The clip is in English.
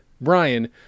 Brian